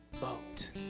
boat